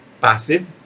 passive